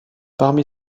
parmi